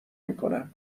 میکنم